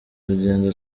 urugendo